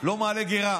לא מעלה גרה.